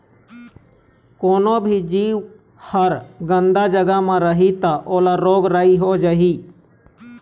कोनो भी जीव ह गंदा जघा म रही त ओला रोग राई हो जाही